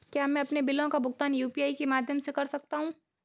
क्या मैं अपने बिलों का भुगतान यू.पी.आई के माध्यम से कर सकता हूँ?